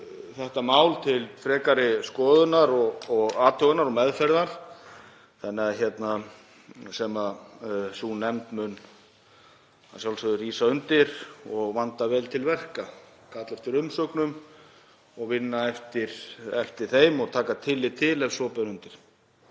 þetta mál til frekari skoðunar og athugunar og meðferðar. Sú nefnd mun að sjálfsögðu rísa undir því og vanda vel til verka, kalla eftir umsögnum og vinna eftir þeim og taka tillit til ef svo ber undir.